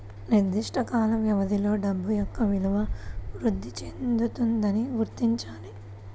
నిర్దిష్ట కాల వ్యవధిలో డబ్బు యొక్క విలువ వృద్ధి చెందుతుందని గుర్తించాలి